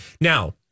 Now